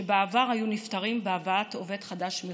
שבעבר היו נפתרים בהבאת עובד חדש מחו"ל.